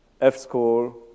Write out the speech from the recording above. F-score